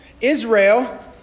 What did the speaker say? Israel